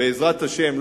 בעזרת השם,